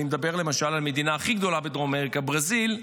אני מדבר למשל על המדינה הכי גדולה בדרום אמריקה: ברזיל,